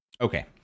Okay